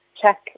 Check